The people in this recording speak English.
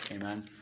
amen